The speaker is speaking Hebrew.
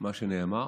מה שנאמר,